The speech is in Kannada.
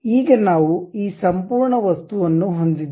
ಈಗ ನಾವು ಈ ಸಂಪೂರ್ಣ ವಸ್ತುವನ್ನು ಹೊಂದಿದ್ದೇವೆ